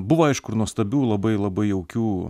buvo aišku ir nuostabių labai labai jaukių